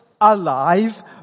alive